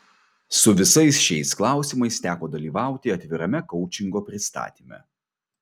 su visais šiais klausimais teko dalyvauti atvirame koučingo pristatyme